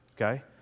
okay